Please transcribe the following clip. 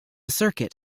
circuit